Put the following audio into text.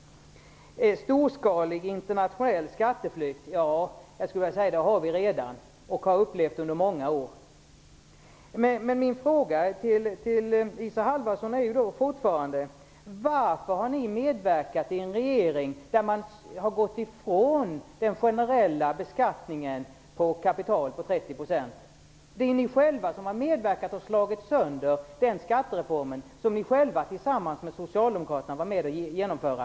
Storskalig internationell skatteflykt har vi redan. Det har vi upplevt under många år. Min fråga till Isa Halvarsson kvarstår: Varför har ni i Folkpartiet medverkat i en regering som gått ifrån den generella beskattningen på kapital på 30 %? Det är ju ni själva som medverkat till att slå sönder den skattereform som ni själva tillsammans med Socialdemokraterna var med om att genomföra.